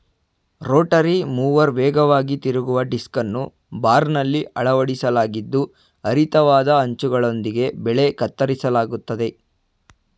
Rotary mower ವೇಗವಾಗಿ ತಿರುಗುವ ಡಿಸ್ಕನ್ನು ಬಾರ್ನಲ್ಲಿ ಅಳವಡಿಸಲಾಗಿದ್ದು ಹರಿತವಾದ ಅಂಚುಗಳೊಂದಿಗೆ ಬೆಳೆ ಕತ್ತರಿಸಲಾಗ್ತದೆ